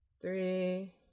three